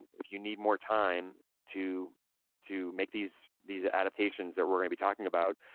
if you need more time to to make these these adaptations that we're gonna be talking about.